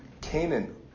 Canaan